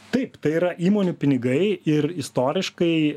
taip tai yra įmonių pinigai ir istoriškai